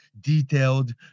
detailed